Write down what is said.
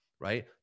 right